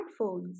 smartphones